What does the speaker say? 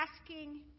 asking